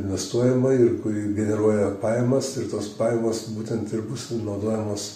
investuojama ir kuri generuoja pajamas ir tos pajamos būtent ir bus naudojamos